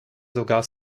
sogar